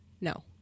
No